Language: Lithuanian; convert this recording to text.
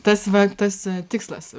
tas va tas tikslas